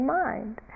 mind